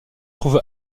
trouve